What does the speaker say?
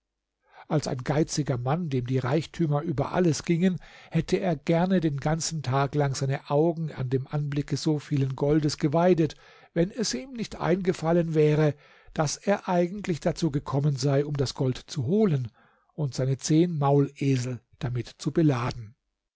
als ein geiziger mann dem die reichtümer über alles gingen hätte er gerne den ganzen tag lang seine augen an dem anblicke so vielen goldes geweidet wenn es ihm nicht eingefallen wäre daß er eigentlich dazu gekommen sei um das gold zu holen und seine zehn maulesel damit zu beladen